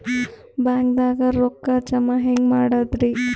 ಬ್ಯಾಂಕ್ದಾಗ ರೊಕ್ಕ ಜಮ ಹೆಂಗ್ ಮಾಡದ್ರಿ?